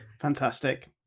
Fantastic